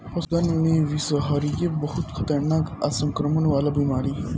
पशुधन में बिषहरिया बहुत खतरनाक आ संक्रमण वाला बीमारी ह